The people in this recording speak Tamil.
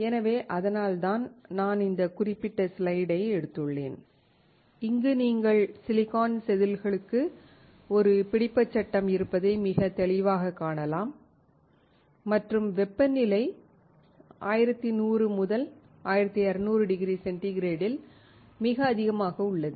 எனவே அதனால்தான் நான் இந்த குறிப்பிட்ட ஸ்லைடை எடுத்துள்ளேன் இங்கு நீங்கள் சிலிக்கான் செதில்களுக்கு ஒரு பிடிப்பச்சட்டம் இருப்பதை மிக தெளிவாகக் காணலாம் மற்றும் வெப்பநிலை 1100 முதல் 1200 டிகிரி சென்டிகிரேடில் மிக அதிகமாக உள்ளது